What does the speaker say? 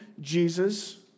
Jesus